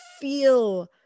feel